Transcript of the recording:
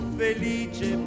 felice